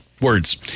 words